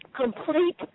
complete